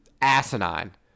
asinine